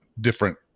different